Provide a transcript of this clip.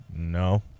No